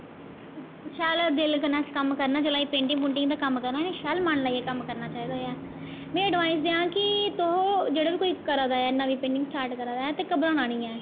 शैल दिल कन्नै कम्म करना जिसलै एह् पेंटिंग पूटिंग दा कम्म करना नी शैल मन लाइयै कम्म करना चाहिदा ऐ में अडवाईस देआं कि तुस जेह्ड़ा बी कोई करा दा ऐ नमीं पेंटिंग स्टार्ट करा दा ऐ ते घबराना निं ऐ